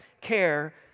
care